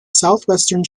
southwestern